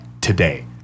today